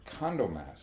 condomass